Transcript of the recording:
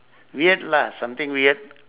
weird lah something weird